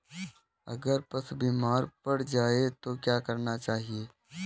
अगर पशु बीमार पड़ जाय तो क्या करना चाहिए?